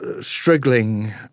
struggling